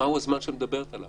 מה הוא הזמן שאת מדברת עליו?